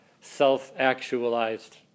self-actualized